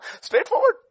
Straightforward